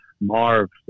Marv